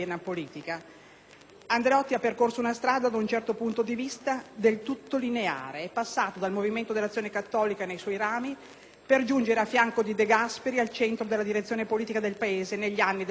Andreotti ha percorso una strada da un certo punto di vista del tutto lineare. È passato dal movimento dell'Azione cattolica, nei suoi rami, per giungere a fianco di De Gasperi al centro della direzione politica del Paese negli anni della ricostruzione.